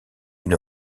une